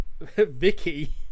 Vicky